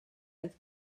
oedd